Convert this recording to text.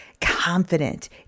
confident